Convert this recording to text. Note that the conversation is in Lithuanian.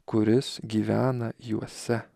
kuris gyvena juose